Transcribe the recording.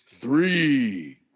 three